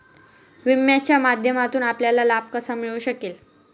विम्याच्या माध्यमातून आपल्याला लाभ कसा मिळू शकेल?